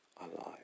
alive